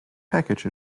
package